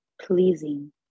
Pleasing